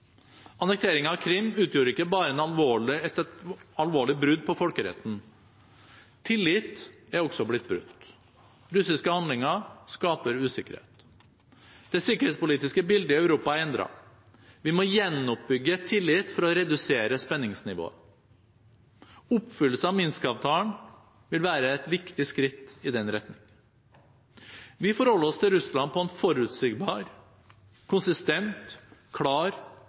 Annekteringen av Krim utgjorde ikke bare et alvorlig brudd på folkeretten. Tillit er også blitt brutt. Russiske handlinger skaper usikkerhet. Det sikkerhetspolitiske bildet i Europa er endret. Vi må gjenoppbygge tillit for å redusere spenningsnivået. Oppfyllelse av Minsk-avtalen vil være et viktig skritt i den retningen. Vi forholder oss til Russland på en forutsigbar, konsistent, klar